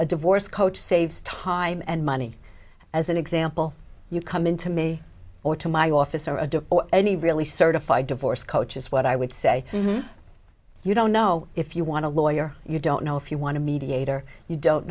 a divorce coach saves time and money as an example you come in to me or to my office or any really certified divorce coach is what i would say you don't know if you want to lawyer you don't know if you want to mediate or you don't